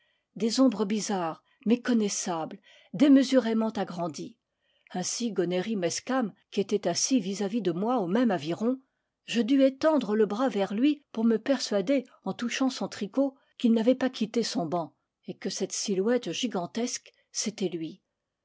des ombres bizarres méconnaissables démesurément agran dies ainsi gonéry mezcam qui était assis vis-à-vis de moi au même aviron je dus étendre le bras vers lui pour me per suader en touchant son tricot qu'il n'avait pas quitté son banc et que cette silhouette gigantesque c'était